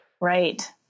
Right